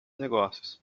negócios